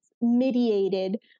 mediated